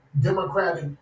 democratic